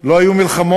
לא היו מלחמות?